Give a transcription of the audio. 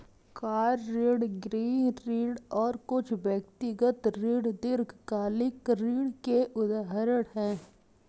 car ऋण, गृह ऋण और कुछ व्यक्तिगत ऋण दीर्घकालिक ऋण के उदाहरण हैं